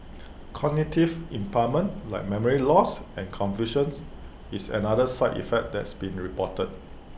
cognitive impairment like memory loss and confusions is another side effect that's been reported